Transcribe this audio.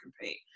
compete